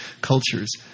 cultures